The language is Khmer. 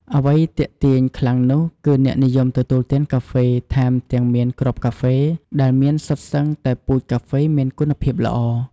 អ្វីទាក់ទាញខ្លាំងនោះ គឺអ្នកនិយមទទួលទានកាហ្វេ ថែមទាំងមានគ្រាប់កាហ្វេ ដែលមានសុទ្ធសឹងតែពូជកាហ្វេមានគុណភាពល្អ។